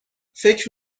فکر